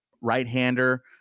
right-hander